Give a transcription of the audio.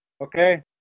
Okay